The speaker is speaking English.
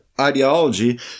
ideology